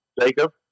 Jacob